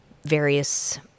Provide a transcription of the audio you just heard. various